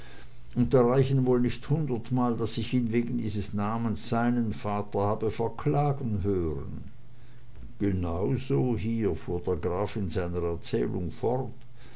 und da reichen wohl nicht hundert mal daß ich ihn wegen dieses namens seinen vater habe verklagen hören genauso hier fuhr der graf in seiner erzählung fort